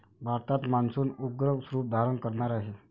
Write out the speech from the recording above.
भारतात मान्सून उग्र रूप धारण करणार आहे